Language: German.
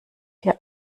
hier